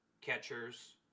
catchers